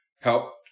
help